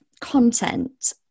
content